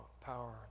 power